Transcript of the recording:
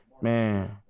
Man